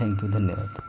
thank you धन्यवाद